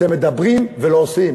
אתם מדברים ולא עושים.